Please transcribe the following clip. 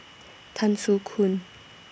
Tan Soo Khoon